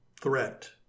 threat